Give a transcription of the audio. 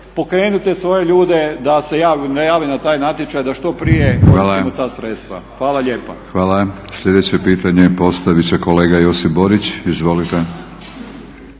pokrenut te svoje ljude da se jave na taj natječaj da što prije koristimo ta sredstva. Hvala lijepa. **Batinić, Milorad (HNS)** Hvala. Sljedeće pitanje postavit će kolega Josip Borić. Izvolite.